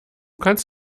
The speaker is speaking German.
kannst